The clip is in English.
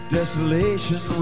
Desolation